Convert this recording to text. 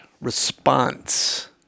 response